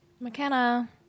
McKenna